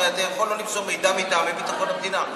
הרי אתה יכול לא למסור מידע מטעמי ביטחון המדינה.